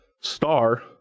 star